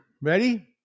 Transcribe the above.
Ready